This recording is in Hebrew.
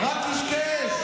רק קשקש.